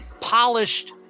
polished